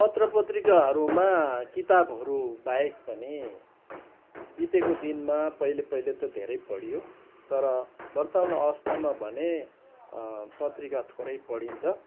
पत्र पत्रिकाहरूमा किताबहरू बाहेक पनि बितेको दिनमा पहिले पहिले त धेरै पढियो तर वर्तमान अवस्थामा भने पत्रिका थोरै पढिन्छ